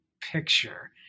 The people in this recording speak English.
picture